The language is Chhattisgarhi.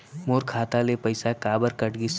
मोर खाता ले पइसा काबर कट गिस?